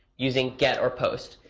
using get or post.